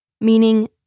Meaning